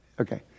Okay